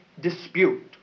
dispute